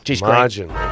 margin